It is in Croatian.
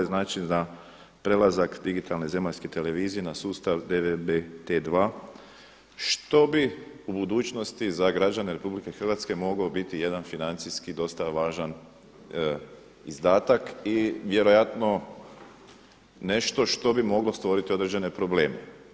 Znači da prelazak digitalne zemaljske televizije na sustav DVTV2 što bi u budućnosti za građane Republike Hrvatske mogao biti jedan financijski dosta važan izdatak i vjerojatno nešto što bi moglo stvoriti određene probleme.